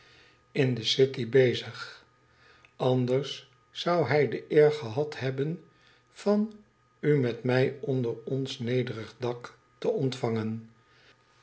in de city bezig anders zou hij de eer gehad hebben van u met mij onder ods nederig k te ontvangen